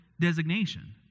designation